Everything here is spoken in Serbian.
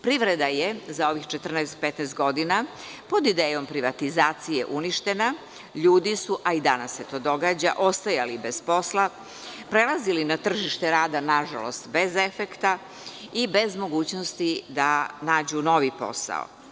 Privreda je za ovih 14-15 godina pod idejom privatizacije uništena, ljudi su ostajali bez posla, prelazili na tržište rada, nažalost, bez efekta i bez mogućnosti da nađu nov posao.